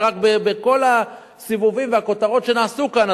ורק בכל הסיבובים והכותרות שנעשו כאן,